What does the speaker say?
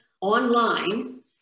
online